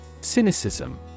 Cynicism